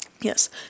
yes